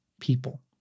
people